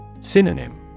Synonym